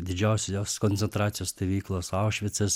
didžiausios koncentracijos stovyklos aušvicas